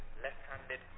left-handed